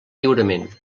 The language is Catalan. lliurement